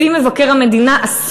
לפי מבקר המדינה, אסור,